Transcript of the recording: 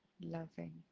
loving